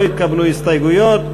לא התקבלו הסתייגויות.